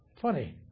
funny